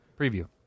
preview